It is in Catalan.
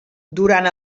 durant